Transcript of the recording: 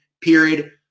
period